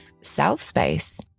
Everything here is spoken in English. self-space